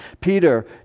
Peter